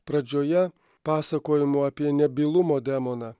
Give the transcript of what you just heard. pradžioje pasakojimu apie nebylumo demoną